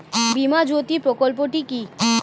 বীমা জ্যোতি প্রকল্পটি কি?